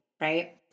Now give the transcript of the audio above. right